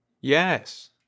Yes